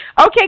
Okay